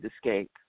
escape